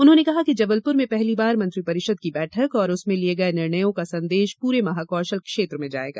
उन्होंने कहा कि जबलप्र में पहली बार मंत्रि परिषद की बैठक और उसमें लिये गये निर्णयों का संदेश पूरे महाकौशल क्षेत्र में जायेगा